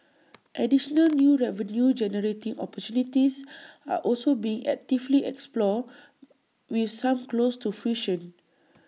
additional new revenue generating opportunities are also being actively explored with some close to fruition